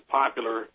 popular